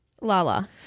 Lala